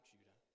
Judah